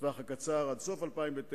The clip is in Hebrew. הטווח הקצר עד סוף 2009,